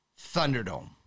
Thunderdome